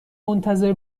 منتظر